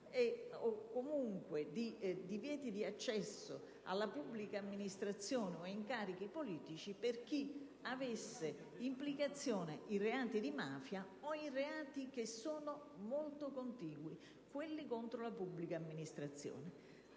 o, comunque, di divieto di accesso alla pubblica amministrazione o a incarichi politici per chi avesse implicazione in reati di mafia o in reati che sono molto contigui: quelli contro la pubblica amministrazione.